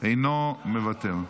אינו מוותר.